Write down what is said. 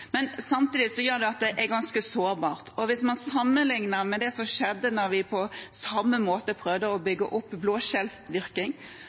Men samtidig gjør det at det er ganske sårbart. Hvis man sammenligner med det som skjedde da vi på samme måte prøvde å